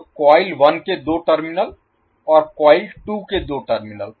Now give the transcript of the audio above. तो कॉइल 1 के दो टर्मिनल और कॉइल 2 के दो टर्मिनल